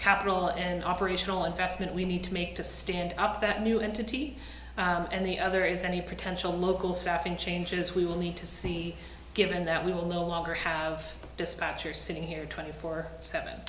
capital and operational investment we need to make to stand up that new entity and the other is any potential local staffing changes we will need to see given that we will no longer have dispatchers sitting here twenty four